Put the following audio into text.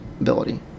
ability